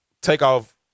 Takeoff